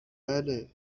بله